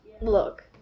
Look